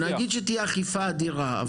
נגיד שתהיה אכיפה אדירה.